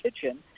kitchen